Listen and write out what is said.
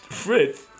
Fritz